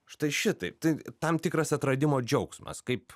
štai šitaip tai tam tikras atradimo džiaugsmas kaip